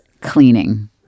cleaning